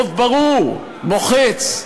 רוב ברור, מוחץ,